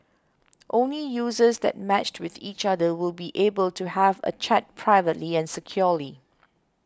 only users that matched with each other will be able to have a chat privately and securely